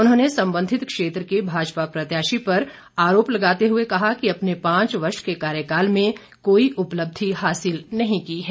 उन्होंने संबंधित क्षेत्र के भाजपा प्रत्याशी पर आरोप लगाते हुए कहा कि अपने पांच वर्ष के कार्यकाल में कोई उपलब्धि हासिल नहीं की है